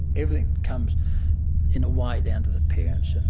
everything comes in a way down to the parents. and